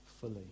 fully